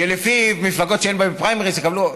שלפיו מפלגות שאין בהן פריימריז יקבלו,